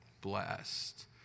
blessed